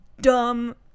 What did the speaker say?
dumb